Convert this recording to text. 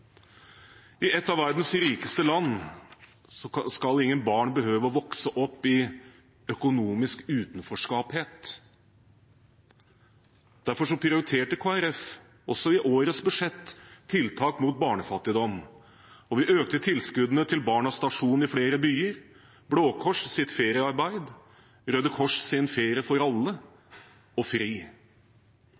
I et av verdens rikeste land skal ingen barn behøve å vokse opp i økonomisk utenforskap. Derfor prioriterte Kristelig Folkeparti også i årets budsjett tiltak mot barnefattigdom, og vi økte tilskuddene til Barnas Stasjon i flere byer, Blå Kors’ feriearbeid, Røde Kors’ Ferie for alle og FRI.